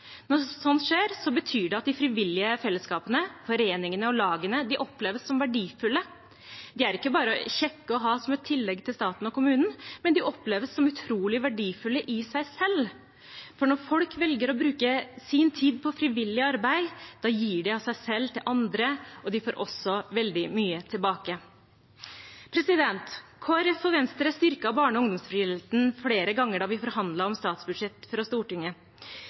Når sånt skjer, betyr det at de frivillige fellesskapene, foreningene og lagene, oppleves som verdifulle. De er ikke bare kjekke å ha som et tillegg til staten og kommunen, men de oppleves som utrolig verdifulle i seg selv, for når folk velger å bruke sin tid på frivillig arbeid, da gir de av seg selv til andre, og de får også veldig mye tilbake. Kristelig Folkeparti og Venstre styrket barne- og ungdomsfrivilligheten flere ganger da vi forhandlet om statsbudsjett fra Stortinget.